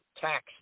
tax